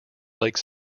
lake